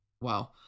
Wow